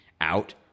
out